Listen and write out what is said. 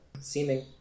Seeming